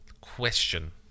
Question